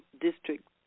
district